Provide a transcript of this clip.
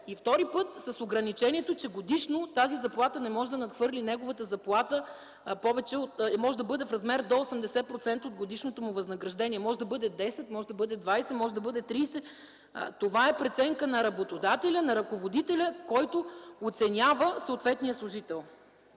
и, втори път, с ограничението, че годишно тази заплата не може да надхвърли неговата заплата и може да бъде в размер до 80% от годишното му възнаграждение. Може да бъде 10%, може да бъде 20%, може да бъде 30%, това е преценка на работодателя, на ръководителя, който оценява съответния служител.